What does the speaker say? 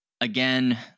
again